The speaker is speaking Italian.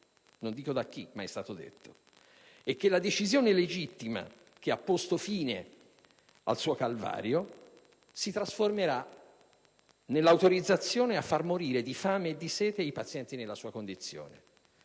(non dico da chi, ma è stato detto), e che la decisione legittima che ha posto fine al suo calvario si trasformerà nell'autorizzazione a far morire di fame e di sete i pazienti nella sua condizione: